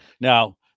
Now